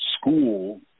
school